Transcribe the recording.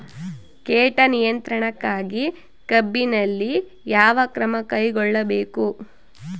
ಕೇಟ ನಿಯಂತ್ರಣಕ್ಕಾಗಿ ಕಬ್ಬಿನಲ್ಲಿ ಯಾವ ಕ್ರಮ ಕೈಗೊಳ್ಳಬೇಕು?